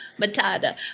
Matata